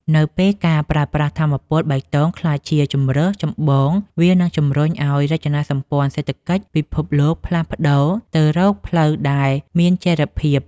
នៅពេលការប្រើប្រាស់ថាមពលបៃតងក្លាយជាជម្រើសចម្បង វានឹងជម្រុញឱ្យរចនាសម្ព័ន្ធសេដ្ឋកិច្ចពិភពលោកផ្លាស់ប្តូរទៅរកផ្លូវដែលមានចីរភាព។